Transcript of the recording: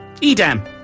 Edam